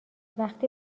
وقتی